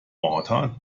other